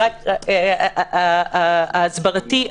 ההסברתי,